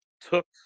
took